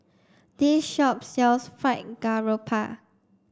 this shop sells Fried Garoupa